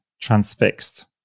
transfixed